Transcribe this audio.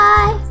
Bye